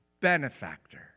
Benefactor